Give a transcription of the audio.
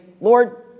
Lord